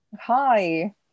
Hi